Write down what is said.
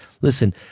Listen